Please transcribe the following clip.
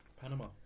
Panama